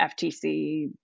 FTC